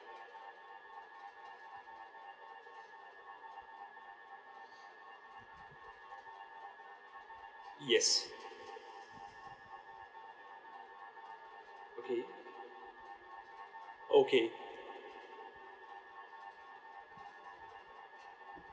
yes okay okay